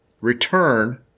Return